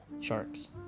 Sharks